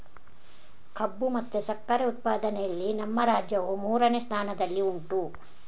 ಕಬ್ಬು ಮತ್ತೆ ಸಕ್ಕರೆ ಉತ್ಪಾದನೆಯಲ್ಲಿ ನಮ್ಮ ರಾಜ್ಯವು ಮೂರನೇ ಸ್ಥಾನದಲ್ಲಿ ಉಂಟು